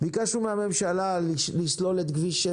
ביקשנו מן הממשלה לסלול את כביש 6